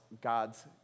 God's